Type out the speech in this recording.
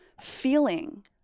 feeling